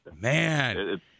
Man